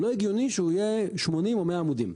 לא הגיוני שהוא יהיה 80 או 100 עמודים.